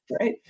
right